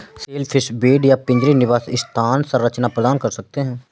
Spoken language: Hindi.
शेलफिश बेड या पिंजरे निवास स्थान संरचना प्रदान कर सकते हैं